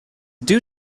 due